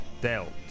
dealt